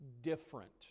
different